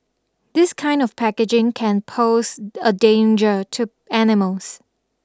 this kind of packaging can pose a danger to animals